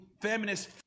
feminist